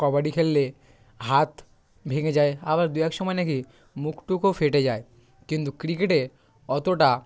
কবাডি খেললে হাত ভেঙে যায় আবার দু এক সময় নাকি মুখ টুকও ফেটে যায় কিন্তু ক্রিকেটে অতোটা